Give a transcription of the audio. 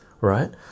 right